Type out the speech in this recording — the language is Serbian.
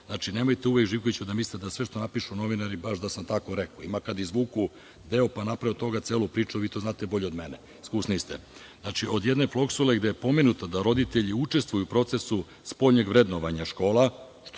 uradilo, nemojte uvek, Živkoviću, da mislite da sve što napišu novinari baš da sam tako rekao. Ima kada izvuku deo pa naprave od toga celu priču, a vi to znate bolje od mene, iskusniji ste. Znači, od jedne floskule gde je pomenuto da roditelji učestvuju u procesu spoljnjeg vrednovanja škola,